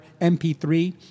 MP3